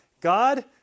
God